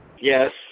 yes